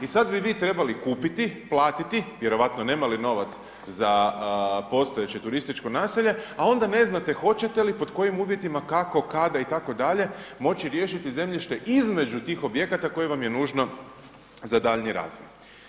I sad bi vi trebali kupiti, platiti, vjerovatno ne mali novac za postojeće turističko naselje a onda ne znate hoćete li, pod kojim uvjetima, kako, kada itd. moći riješiti zemljište između tih objekata koje vam je nužno za daljnji razvoj.